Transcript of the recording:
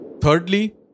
Thirdly